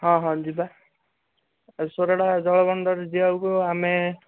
ହଁ ହଁ ଯିବା ଏ ସରୋଡ଼ା ଜଳ ବନ୍ଦର ଯିବାକୁ ଆମେ